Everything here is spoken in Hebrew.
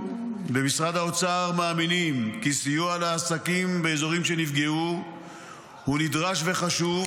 במשרד האוצר מאמינים כי סיוע לעסקים באזורים שנפגעו הוא נדרש וחשוב,